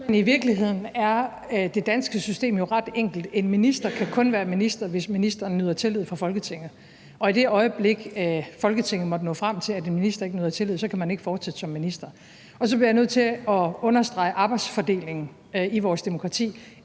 I virkeligheden er det danske system jo ret enkelt: En minister kan kun være minister, hvis ministeren nyder tillid fra Folketinget, og i det øjeblik Folketinget måtte nå frem til, at en minister ikke nyder tillid, kan man ikke fortsætte som minister. Og så bliver jeg nødt til at understrege arbejdsfordelingen i vores demokrati.